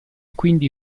quindi